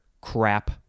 crap